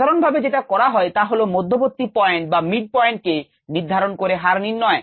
সাধারণভাবে যেটা করা হয় তা হলো মধ্যবর্তী পয়েন্ট কে নির্ধারণ করে হার নির্ণয়